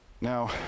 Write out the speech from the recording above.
Now